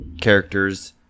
characters